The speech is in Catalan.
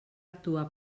actuar